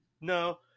No